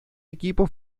equipo